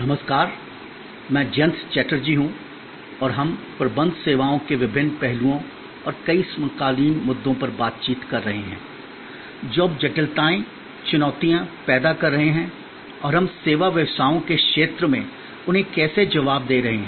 नमस्कार मैं जयंत चटर्जी हूं और हम प्रबंध सेवाओं के विभिन्न पहलुओं और कई समकालीन मुद्दों पर बातचीत कर रहे हैं जो अब जटिलताएं चुनौतियां पैदा कर रहे हैं और हम सेवा व्यवसायों के क्षेत्र में उन्हें कैसे जवाब दे रहे हैं